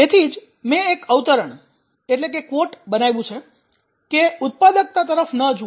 તેથી જ મેં એક અવતરણ બનાવ્યું છે કે ઉત્પાદકતા તરફ ન જુઓ